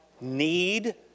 need